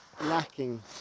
lacking